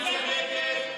משה יעלון,